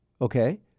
Okay